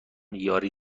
یاری